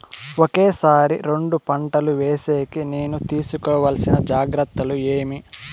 ఒకే సారి రెండు పంటలు వేసేకి నేను తీసుకోవాల్సిన జాగ్రత్తలు ఏమి?